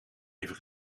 even